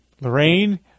Lorraine